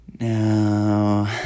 Now